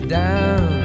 down